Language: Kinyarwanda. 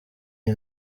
iyi